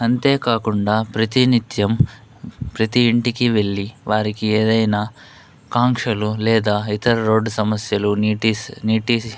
అంతేకాకుండా ప్రతినిత్యం ప్రతీ ఇంటికి వెళ్ళీ వారికి ఏదైనా కాంక్షలు లేదా ఇతర రోడ్డు సమస్యలు నీటి స్ నీటి